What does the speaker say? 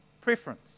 preference